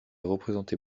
représenté